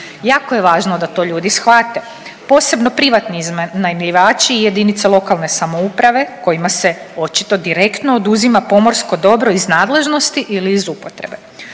Jako je važno da to ljudi shvate. Posebno privatni iznajmljivači i jedinice lokalne samouprave kojima se očito direktno oduzima pomorsko dobro iz nadležnosti ili iz upotrebe.